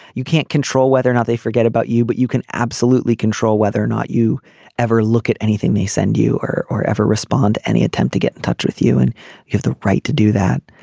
you can't control whether or not they forget about you but you can absolutely control whether or not you ever look at anything they send you or or ever respond to any attempt to get in touch with you and have the right to do that.